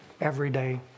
everyday